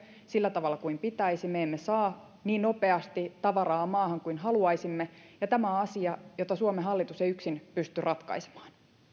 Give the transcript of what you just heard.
sillä tavalla kuin pitäisi me emme saa niin nopeasti tavaraa maahan kuin haluaisimme ja tämä on asia jota suomen hallitus ei yksin pysty ratkaisemaan